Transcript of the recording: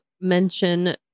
mention